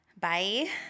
Bye